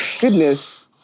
Goodness